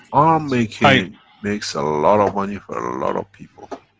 um make a make so a lot of money for a lot of people.